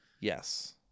Yes